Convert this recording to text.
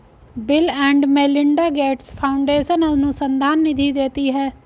bill and Melinda Gates Foundation अनुसंधान निधि देती है